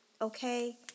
Okay